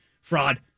Fraud